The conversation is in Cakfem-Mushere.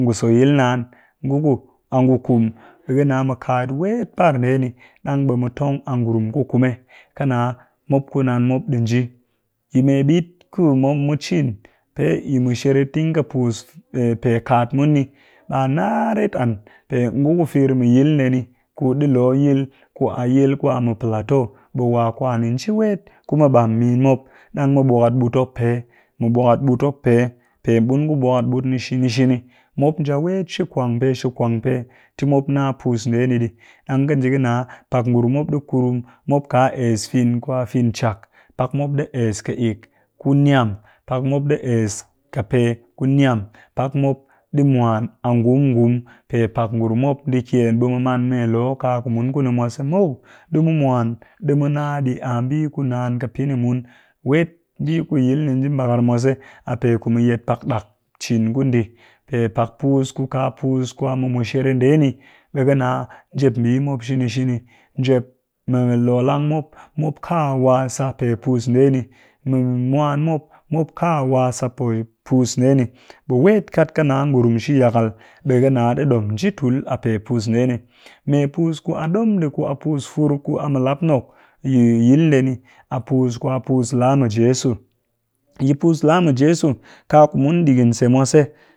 Ngu so yil naan ku ngu ku ni a ngu kuum ɓe ƙɨ nna mu kaat wet par ndee ni ɗang ɓe mu tong a ngurum ku kume, ƙɨ nna mop ku nnan mop pe nji, yi mme ɓit ku ma mu cin pe yi mushere ting ka puus pee-kaat mun ni, ɓa nna ret an pe ngu ku fir muy il ndee ni ku ɗii loo yil ku a yil ku a mu pilato ɓe wa kwani nji wet ku mu ɓam min mop, ɗang mu bwakat ɓut mop pe mu bwakat ɓut mop pe, pe mun ku mu bwakat ɓut ni shini shini, mop nja wet shi kwangpe shi kwangpe ti mop nna puus ndee ɗi ɗang ka nji ka nna pak ngurum mop ɗi kurum mop ka es fin ku a fin cak pak mop ɗi es ƙɨ ik ku nyam, pak mop ɗi es ka pee ku nyam, pak mop ɗi mwan a ngum-ngum, pe pak ngurum mop ndi kyen ɓe mu maan mee loo kaku mun ku ni mwase muw, ɗi mu mwan ɗi mu nna ɗii a mbii ku naan ƙɨ pɨ ni mun, wet mbii ku yil ni nji ɓakar mwase a pe ku mu yet pak ɗak cin ku ndi pe pak puus ku kaku a puus mu mushere ndee ni ɓe ka nna njep mbii shini shini njep mu loo lang mop ka wa sa pe puus ndee ni, mu mwan mop, mop ka wa sa pe puus ndee ni ɓe wet kat ka nna ngurum shi-yakal ɓe kanna ɗi ɗom nji tul a pe puus ndee ni, puus ku a ɗom ɗi ku a puus fur ku mu lap nok yi yil ndee ni a puus ku a puus laa mɨ jeso, yi puus la mɨjeso kaku mun ɗigin se mwase.